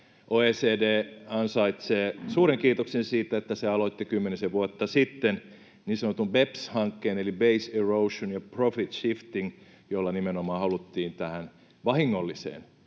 OECD ansaitsee suuren kiitoksen siitä, että se aloitti kymmenisen vuotta sitten niin sanotun BEPS-hankkeen — Base Erosion and Profit Shifting — jolla nimenomaan haluttiin tähän vahingolliseen